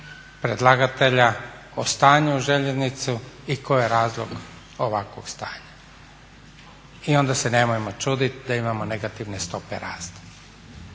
predlagatelja o stanju u željeznici i koji je razlog ovakvog stanja. I onda se nemojmo čuditi da imamo negativne stope rasta.